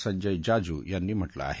संजय जाजू यांनी म्हटलं आहे